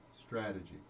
strategy